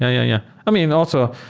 yeah yeah i mean, also,